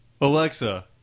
Alexa